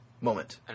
Moment